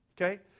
Okay